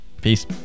peace